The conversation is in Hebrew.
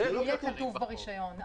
זה יהיה כתוב ברישיון.